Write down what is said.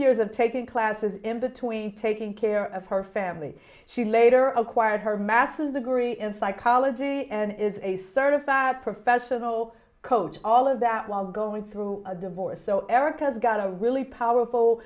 years of taking classes in between taking care of her family she later acquired her master's degree in psychology and is a certified professional coach all of that while going through a divorce so eric has got a really